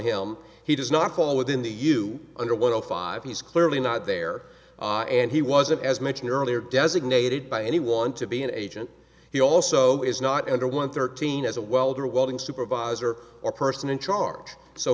him he does not fall within the you under one o five he's clearly not there and he wasn't as mentioned earlier designated by anyone to be an agent he also is not under one thirteen as a welder welding supervisor or person in charge so